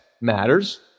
matters